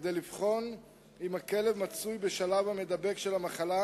כדי לבחון אם הכלב מצוי בשלב המידבק של המחלה.